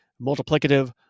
multiplicative